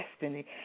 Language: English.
destiny